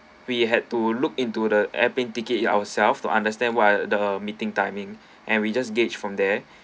we had to look into the airplane ticket at ourselves to understand what are the meeting timing and we just gauge from there